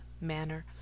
manner